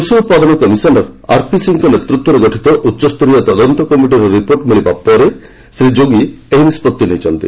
କୃଷି ଉତ୍ପାଦନ commissioner RP ସିଂହଙ୍କ ନେତୃତ୍ୱରେ ଗଠିତ ଉଚ୍ଚସ୍ତରୀୟ ତଦନ୍ତ କମିଟିର ରିପୋର୍ଟ ମିଳିବା ପରେ ଶ୍ରୀ ଯୋଗୀ ଏହି ନିଷ୍କଭି ନେଇଛନ୍ତି